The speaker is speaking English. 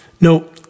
no